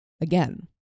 again